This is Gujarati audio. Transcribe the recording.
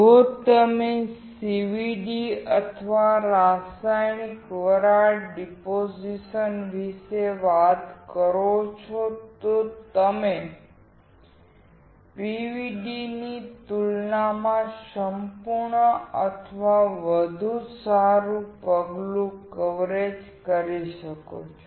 જો તમે CVD અથવા રાસાયણિક વરાળ ડિપોઝિશન વિશે વાત કરો છો તો તમે PVD ની તુલનામાં સંપૂર્ણ અથવા વધુ સારું પગલું કવરેજ જોઈ શકો છો